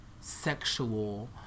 sexual